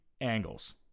angles